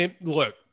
look